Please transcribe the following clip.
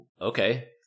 okay